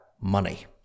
money